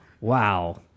Wow